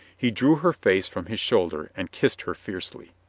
he drew her face from his shoulder and kissed her fiercely.